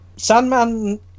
Sandman